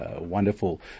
wonderful